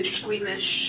squeamish